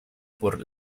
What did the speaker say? por